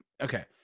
Okay